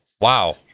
Wow